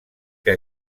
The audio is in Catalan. que